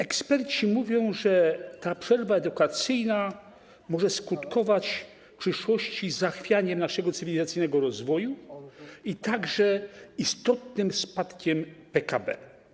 Eksperci mówią, że ta przerwa edukacyjna może skutkować w przyszłości zachwianiem naszego cywilizacyjnego rozwoju i także istotnym spadkiem PKB.